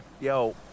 Yo